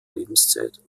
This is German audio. lebenszeit